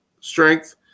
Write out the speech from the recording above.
strength